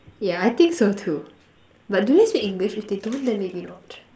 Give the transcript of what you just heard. yeah I think so too but do they speak English if they don't then maybe not